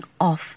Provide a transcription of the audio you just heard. off